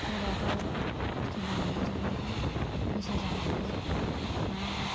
गाबागाव खस्थ' मावनानै जानायखौ हिन्सा जानानै मा लाब